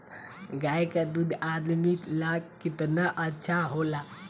गाय का दूध आदमी ला कितना अच्छा होला?